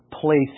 place